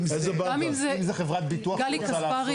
אם זה חברת ביטוח רוצה לעשות --- רגע סליחה,